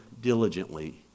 diligently